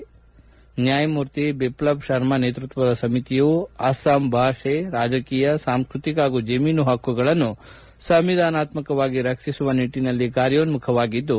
ನ್ನಾಯಮೂರ್ತಿ ಬಿಫ್ಲಬ್ ಶರ್ಮಾ ನೇತೃತ್ವದ ಸಮಿತಿಯು ಅಸ್ತಾಂ ಭಾಷೆ ರಾಜಕೀಯ ಸಾಂಸ್ಟ್ರತಿಕ ಹಾಗೂ ಜಮೀನು ಹಕ್ಕುಗಳನ್ನು ಸಂವಿಧಾನತ್ತಕವಾಗಿ ರಕ್ಷಿಸುವ ನಿಟ್ಟನಲ್ಲಿ ಕಾರ್ಯೋನ್ಮುಖವಾಗಿದ್ದು